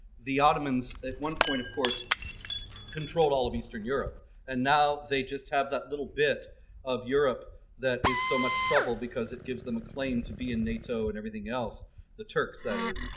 the ottomans at one point of course controlled all of eastern europe and now they just have that little bit of europe that is so much trouble because it gives them a claim to be in nato and everything else the turks that is.